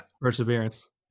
perseverance